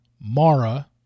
Mara